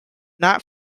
not